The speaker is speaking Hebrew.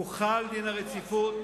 הוחל דין רציפות,